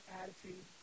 attitude